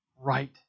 right